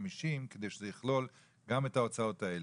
50 כדי שזה יכלול גם את ההוצאות האלה.